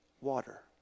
water